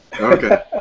Okay